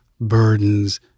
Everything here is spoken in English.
burdens